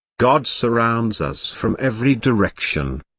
god surrounds us from every direction.